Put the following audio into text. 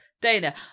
Dana